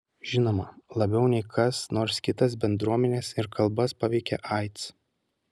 žinoma labiau nei kas nors kitas bendruomenes ir kalbas paveikia aids